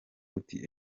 uti